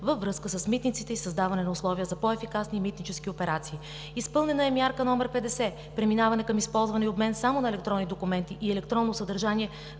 във връзка с Митниците и създаване на условия за по-ефикасни митнически операции. Изпълнена е мярка № 50 – Преминаване към използване и обмен само на електронни документи и електронно съдържание в